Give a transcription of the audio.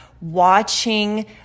watching